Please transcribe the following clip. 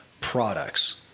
products